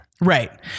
Right